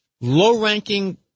low-ranking